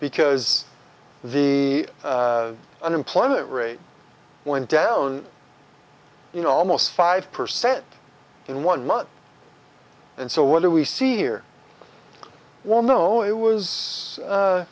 because the unemployment rate went down you know almost five percent in one month and so what do we see here well no it was